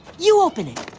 you open it.